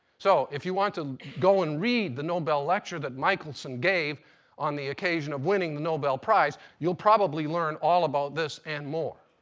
so if you want to go and read the nobel lecture that michelson gave on the occasion of winning the nobel prize, you'll probably learn all of about this and more.